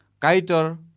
Kaitor